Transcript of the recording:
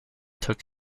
took